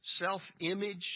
self-image